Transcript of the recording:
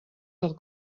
del